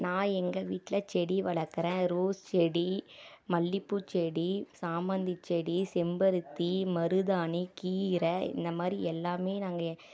நான் எங்கள் வீட்டில் செடி வளர்க்குறேன் ரோஸ் செடி மல்லிப்பூ செடி சாமந்தி செடி செம்பருத்தி மருதாணி கீரை இந்த மாதிரி எல்லாமே நாங்கள்